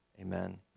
amen